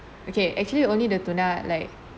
okay actually only the tuna like